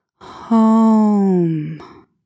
Home